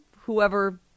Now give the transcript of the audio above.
whoever